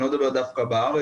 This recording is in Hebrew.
אני לא מדבר דווקא בארץ,